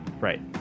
right